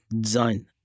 design